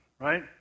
right